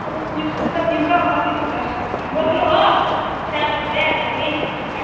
कन्याश्री पसेको छ तिम्रो पच्चिस हजार बोक्नु हो त्यहाँबाट भइहाल्छ नि